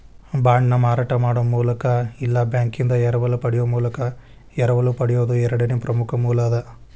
ಬಾಂಡ್ನ ಮಾರಾಟ ಮಾಡೊ ಮೂಲಕ ಇಲ್ಲಾ ಬ್ಯಾಂಕಿಂದಾ ಎರವಲ ಪಡೆಯೊ ಮೂಲಕ ಎರವಲು ಪಡೆಯೊದು ಎರಡನೇ ಪ್ರಮುಖ ಮೂಲ ಅದ